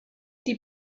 die